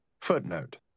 Footnote